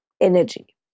energy